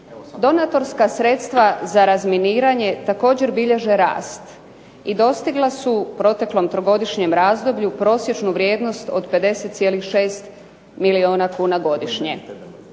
Donatorska sredstva za razminiranje, također bilježe rast i dostigla su u proteklom trogodišnjem razdoblju prosječnu vrijednost od 50,6 milijuna kuna godišnje.